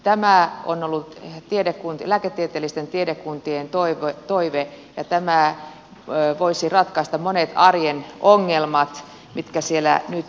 tämä on ollut lääketieteellisten tiedekuntien toive ja tämä voisi ratkaista monet arjen ongelmat mitä siellä nyt on